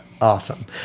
Awesome